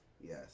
yes